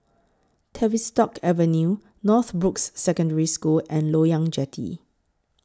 Tavistock Avenue Northbrooks Secondary School and Loyang Jetty